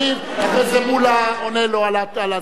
השר משיב, אחרי זה מולה עונה לו על זה.